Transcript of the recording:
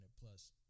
plus